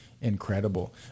incredible